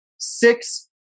Six